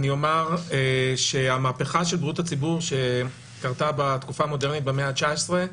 אני אומר שהמהפכה של בריאות הציבור שקרתה בתקופה המודרנית במאה ה-19,